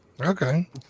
okay